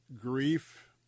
grief